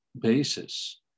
basis